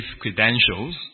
credentials